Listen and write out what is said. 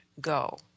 go